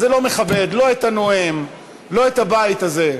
זה לא מכבד, לא את הנואם, לא את הבית הזה.